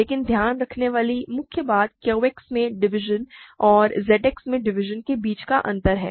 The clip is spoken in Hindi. लेकिन ध्यान रखने वाली मुख्य बात Q X में डिवीज़न और Z X में डिवीज़न के बीच का अंतर है